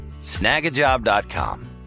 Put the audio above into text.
snagajob.com